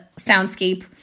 soundscape